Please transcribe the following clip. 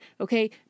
okay